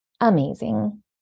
amazing